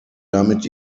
damit